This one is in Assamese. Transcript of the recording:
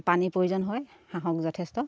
পানীৰ প্ৰয়োজন হয় হাঁহক যথেষ্ট